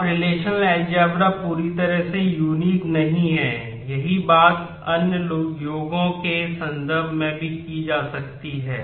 अब relational algebra नहीं है यही बात अन्य योगों के संदर्भ में भी की जा सकती है